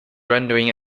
rendering